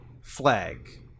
flag